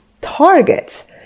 targets